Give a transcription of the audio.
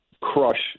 crush